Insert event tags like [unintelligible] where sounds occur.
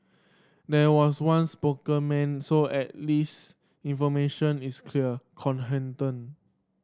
there was one spokesman so at least information is clear [unintelligible]